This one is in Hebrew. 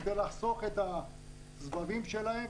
כדי לחסוך את הסבבים שלהם,